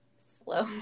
slow